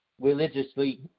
religiously